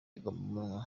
agahomamunwa